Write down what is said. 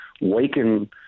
waken